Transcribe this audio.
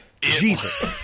Jesus